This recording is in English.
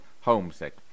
Homesick